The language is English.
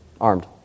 Armed